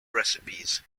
recipes